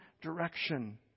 direction